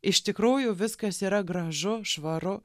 iš tikrųjų viskas yra gražu švaru